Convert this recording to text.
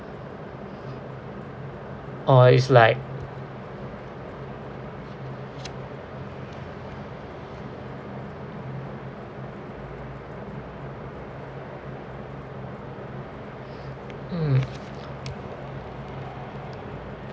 or it's like mm